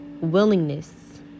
willingness